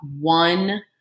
one